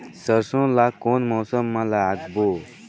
सरसो ला कोन मौसम मा लागबो?